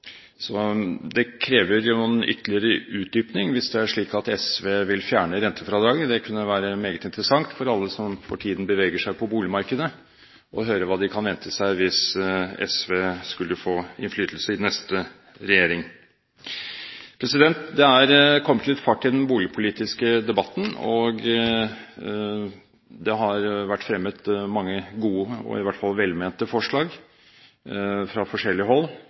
Det krever jo en ytterligere utdypning hvis det er slik at SV vil fjerne rentefradraget. Det kunne være meget interessant for alle som for tiden beveger seg på boligmarkedet, å høre hva de kan vente seg hvis SV skulle få innflytelse i den neste regjering. Det er kommet litt fart i den boligpolitiske debatten. Det har vært fremmet mange gode – og i hvert fall velmente – forslag fra forskjellig hold.